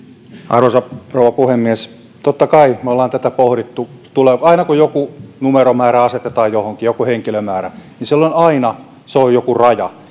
arvoisa rouva puhemies totta kai me olemme tätä pohtineet aina kun joku numeromäärä joku henkilömäärä asetetaan johonkin silloin aina se on joku raja